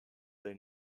they